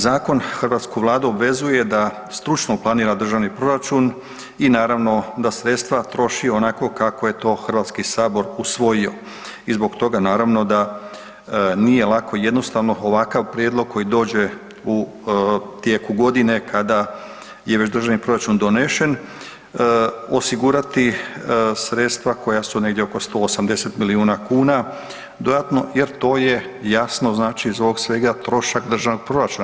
Zakon hrvatsku Vladu obvezuje da stručno planira Državni proračun i naravno da sredstva troši onako kako je to Hrvatski sabor usvojio i zbog toga, naravno, da nije lako i jednostavno ovakav prijedlog koji dođe u tijeku godine kad je već Državni proračun donesen osigurati sredstva koja su negdje oko 180 milijuna kuna dodatno jer to je jasno znači iz ovog svega trošak Državnog proračuna.